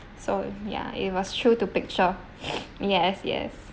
so ya it was true to picture yes yes